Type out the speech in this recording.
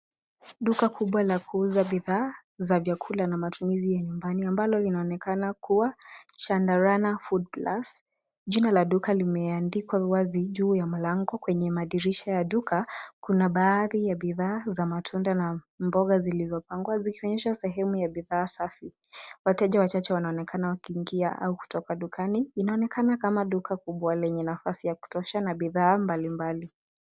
Duka kubwa la kuuza bidhaa za vyakula na matumizi ya nyumbani ambalo linaonekana kuwa Chandarana Food Plus. Jina la duka limeandikwa wazi juu ya mlango. Kwenye madirisha ya duka, kuna baadhi ya bidhaa za matunda na mboga zilizopangwa zikionyesha sehemu ya bidhaa safi. Wateja wachache wanaonekana wakiingia au kutoka dukani. Linaonekana kama duka kubwa lenye nafasi ya kutosha na bidhaa mbalimbali.